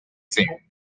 same